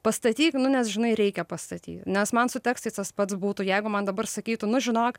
pastatyk nu nes žinai reikia pastatyt nes man su tekstais tas pats būtų jeigu man dabar sakytų nu žinok